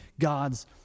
God's